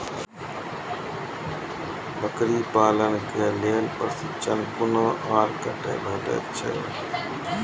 बकरी पालन के लेल प्रशिक्षण कूना आर कते भेटैत छै?